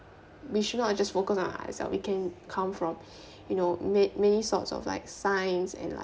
we should not just focus on ourself we can come from you know man~ many sorts of like science and like